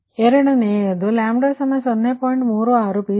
ಎರಡನೆಯದು 0